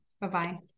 Bye-bye